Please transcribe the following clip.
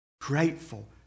Grateful